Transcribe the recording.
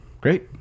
Great